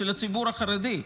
של הציבור החרדי.